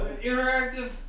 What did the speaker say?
interactive